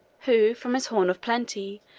who, from his horn of plenty,